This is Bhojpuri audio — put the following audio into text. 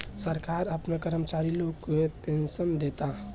सरकार आपना कर्मचारी लोग के पेनसन देता